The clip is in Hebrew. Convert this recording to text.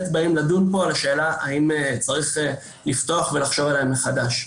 לדון בו והשאלה האם צריך לפתוח ולחשוב עליהם מחדש.